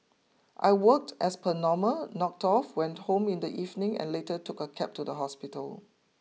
I worked as per normal knocked off went home in the evening and later took a cab to the hospital